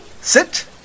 Sit